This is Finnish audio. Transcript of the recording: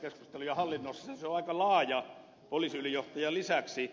se on aika laaja poliisiylijohtajan lisäksi